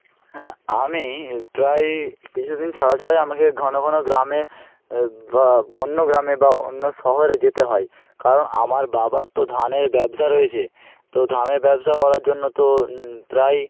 হ্যাঁ আমি প্রায়ই কিছুদিন ছাড়া ছাড়াই আমাকে ঘন ঘন গ্রামে বা অন্য গ্রামে বা অন্য শহরে যেতে হয় কারণ আমার বাবার তো ধানের ব্যবসা রয়েছে তো ধানের ব্যবসা করার জন্য তো প্রায়ই